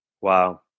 Wow